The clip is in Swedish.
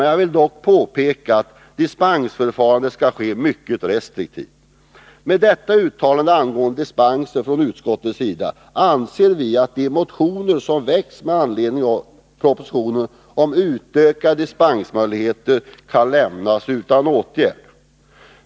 Jag vill dock påpeka att dispensförfarandet bör ske mycket restriktivt. Med detta uttalande angående dispenser från utskottets sida anser vi att de motioner som har väckts med anledning av propositionen och som framför krav på utökade dispensmöjligheter kan lämnas utan åtgärd.